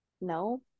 no